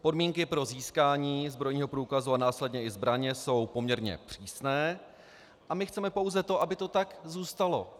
Podmínky pro získání zbrojního průkazu a následně i zbraně jsou poměrně přísné a my chceme pouze to, aby to tak zůstalo.